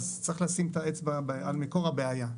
אז צריך לשים את האצבע על מקור הבעיה.